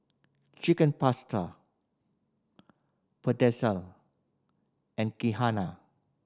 Chicken Pasta Pretzel and Kheema